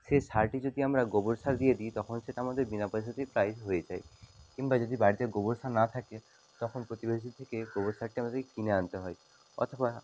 সেই সারটি যদি আমরা গোবর সার দিয়ে দিই তখন সেটি আমাদের বিনা পয়সাতেই প্রায় হয়ে যায় কিম্বা যদি বাড়িতে গোবর সার না থাকে তখন প্রতিবেশীর থেকে গোবর সারটা আমাদেরকে কিনে আনতে হয় অথবা